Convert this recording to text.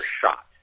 shot